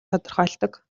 тодорхойлдог